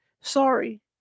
Sorry